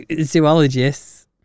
zoologists